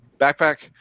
backpack